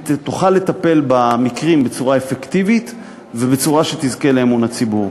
תוכל לטפל במקרים בצורה אפקטיבית ובצורה שתזכה לאמון הציבור.